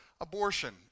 Abortion